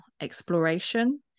exploration